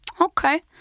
Okay